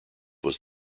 was